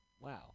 wow